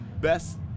best